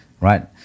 right